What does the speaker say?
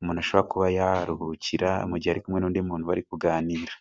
umuntu ashobora kuba yaruhukira mu gihe ari kumwe n'undi muntu bari kuganira.